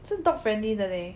是 dog friendly 的 leh